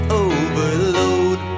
overload